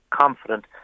confident